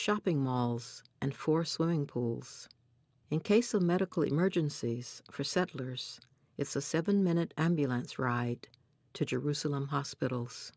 shopping malls and four swimming pools in case of medical emergencies for settlers it's a seven minute ambulance right to jerusalem hospitals